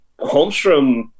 Holmstrom